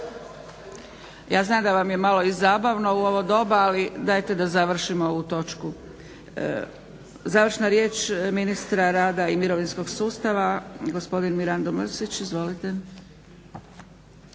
Ja znam da vam je malo i zabavno u ovo doba, ali dajte da završimo ovu točku. Završna riječ ministra rada i mirovinskog sustava gospodin Mirando Mrsić. Izvolite.